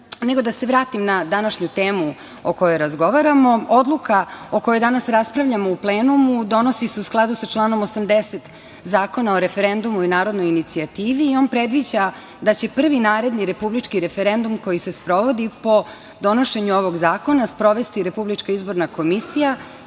da se vratim na današnju temu o kojoj razgovaramo. Odluka o kojoj danas raspravljamo u plenumu donosi se u skladu sa članom 80. Zakona o referendumu i narodnoj inicijativi. On predviđa da će prvi naredni republički referendum koji se sprovodi po donošenju ovog zakona sprovesti RIK čiji će sastav